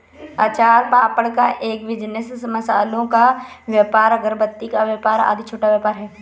अचार पापड़ का बिजनेस, मसालों का व्यापार, अगरबत्ती का व्यापार आदि छोटा व्यापार है